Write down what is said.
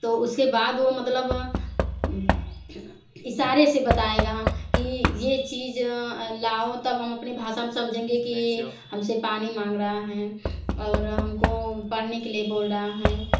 तो उसके बाद वो मतलब इशारे से बताएगा कि ये चीज़ लाओ तब हम अपनी भाषा में समझेंगे कि ये हम से अपनी माँग रहा है और हम को पढ़ने के लिए बोल रहा है